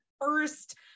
first